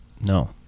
No